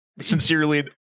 sincerely